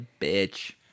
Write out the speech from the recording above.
bitch